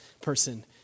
person